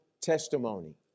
testimony